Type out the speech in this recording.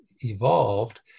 evolved